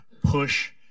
push